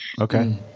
Okay